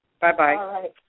Bye-bye